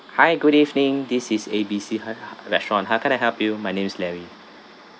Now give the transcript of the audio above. hi good evening this is A B C hi~ ha~ restaurant how can I help you my name's larry